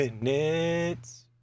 minutes